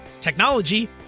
technology